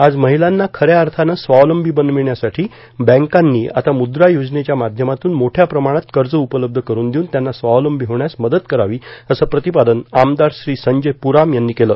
आज महिलांना खऱ्या अर्थानं स्वावलंबी बनविण्यासाठी बँकांनी आता मुद्रा योजनेच्या माध्यमातून मोठ्या प्रमाणात कर्ज उपलब्ध करून देऊन त्यांना स्वावलंबी होण्यास मदत करावी असं प्रतिपादन आमदार श्री संजय पुराम यांनी केलं